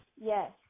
Yes